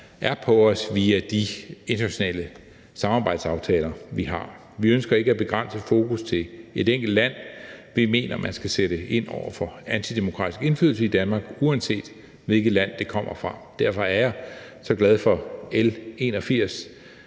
er på os via de internationale samarbejdsaftaler, vi har. Vi ønsker ikke at begrænse fokus til et enkelt land. Vi mener, man skal sætte ind over for antidemokratisk indflydelse i Danmark, uanset hvilket land det kommer fra. Derfor er jeg så glad for L 81,